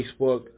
Facebook